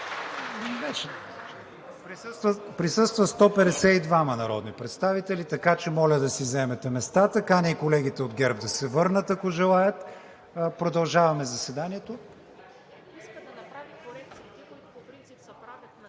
Присъстват 152 народни представители, така че моля да заемете местата си. Каня и колегите от ГЕРБ да се върнат, ако желаят. Продължаваме заседанието.